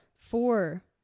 four